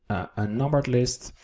a numbered list,